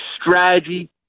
strategy